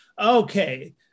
Okay